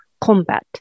combat